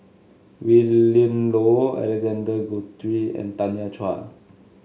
Willin Low Alexander Guthrie and Tanya Chua